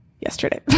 yesterday